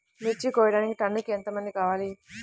మిర్చి కోయడానికి టన్నుకి ఎంత మంది కావాలి?